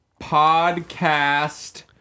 podcast